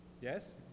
Yes